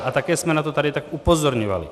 A také jsme na to tady tak upozorňovali.